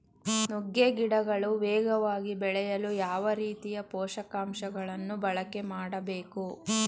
ನುಗ್ಗೆ ಗಿಡಗಳು ವೇಗವಾಗಿ ಬೆಳೆಯಲು ಯಾವ ರೀತಿಯ ಪೋಷಕಾಂಶಗಳನ್ನು ಬಳಕೆ ಮಾಡಬೇಕು?